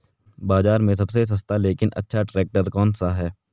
बाज़ार में सबसे सस्ता लेकिन अच्छा ट्रैक्टर कौनसा है?